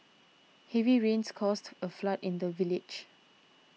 heavy rains caused a flood in the village